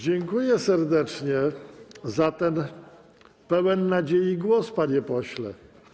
Dziękuję serdecznie za ten pełen nadziei głos, panie pośle.